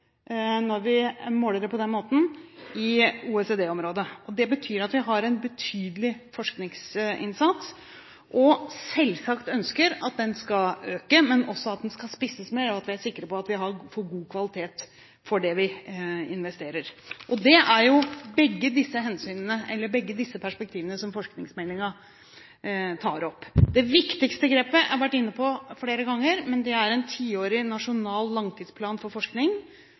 når vi måler det på denne måten – i OECD-området. Det betyr at vi har en betydelig forskningsinnsats. Vi ønsker selvsagt at den skal øke, men også at den skal spisses mer, og at vi er sikre på at vi får god kvalitet for det vi investerer. Begge disse perspektivene tar forskningsmeldingen opp. Det viktigste grepet – det har jeg vært inne på flere ganger – er en tiårig, nasjonal langtidsplan for forskning.